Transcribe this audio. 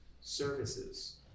services